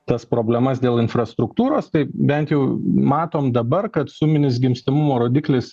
tas problemas dėl infrastruktūros tai bent jau matom dabar kad suminis gimstamumo rodiklis